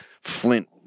flint